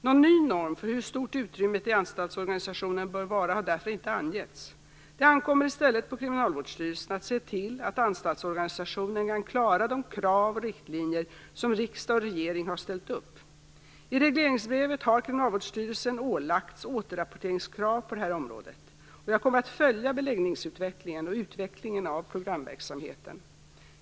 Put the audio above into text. Någon ny norm för hur stort utrymmet i anstaltsorganisationen bör vara har därför inte angivits. Det ankommer i stället på Kriminalvårdsstyrelsen att se till att anstaltsorganisationen kan klara de krav och riktlinjer som riksdag och regering har ställt upp. I regleringsbrevet har Kriminalvårdsstyrelsen ålagts återrapporteringskrav på det här området. Jag kommer att följa beläggningsutvecklingen och utvecklingen av programverksamheten.